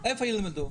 איפה ילמדו?